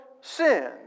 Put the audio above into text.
sin